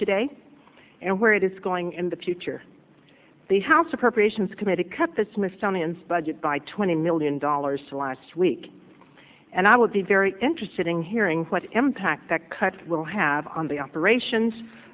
today and where it is going in the future the house appropriations committee cut the smithsonian's budget by twenty million dollars to last week and i would be very interested in hearing what impact that cuts will have on the operations